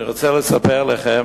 אני רוצה לספר לכם